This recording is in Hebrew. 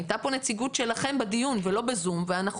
הייתה פה נציגות שלכם בדיון ולא בזום ואנחנו